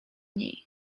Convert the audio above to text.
niej